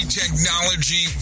technology